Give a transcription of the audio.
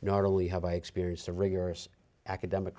not only have i experienced a rigorous academic